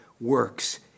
works